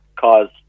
cause